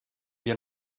wir